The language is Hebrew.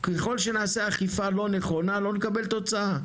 ככל שנעשה את האכיפה הלא נכונה, לא נקבל תוצאה.